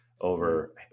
over